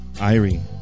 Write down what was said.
Irene